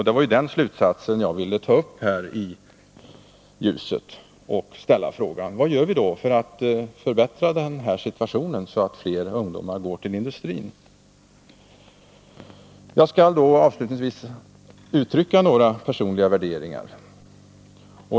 Det var den slutsats jag ville ta fram i ljuset för att ställa frågan: Vad gör vi för att förbättra situationen, så att fler ungdomar går till industrin? Jag skall avslutningsvis ge uttryck för några personliga värderingar.